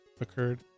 occurred